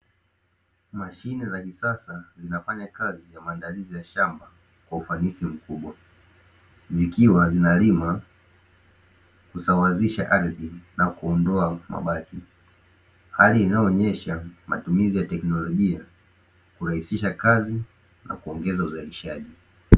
Mashine za kisasa, zinafanya kazi ya maandalizi ya shamba kwa ufanisi mkubwa, zikiwa zinalima kusawazisha aridhi na kuondoa mabaki, hali inayoonyesha matumizi ya teknolojia kurahisisha kazi na kuongeza uzalishaji.